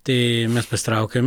tai mes pasitraukėm